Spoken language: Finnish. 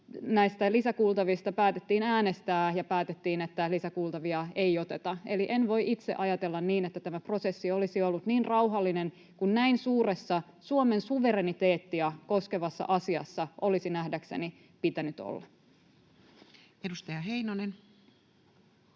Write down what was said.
Näistä lisäkuultavista päätettiin äänestää ja päätettiin, että lisäkuultavia ei oteta. Eli en voi itse ajatella niin, että tämä prosessi olisi ollut niin rauhallinen kuin näin suuressa, Suomen suvereniteettia koskevassa asiassa olisi nähdäkseni pitänyt olla. [Speech